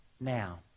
now